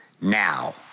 now